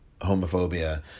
homophobia